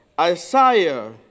Isaiah